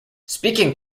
speaking